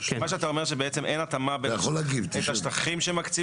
אתה בעצם אומר שאין התאמה בין השטחים שמקצים